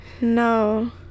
No